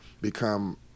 become